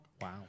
Wow